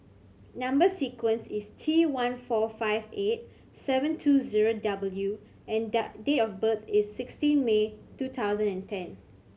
number sequence is T one four five eight seven two zero W and date of birth is sixteen May two thousand and ten